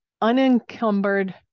unencumbered